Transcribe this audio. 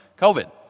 COVID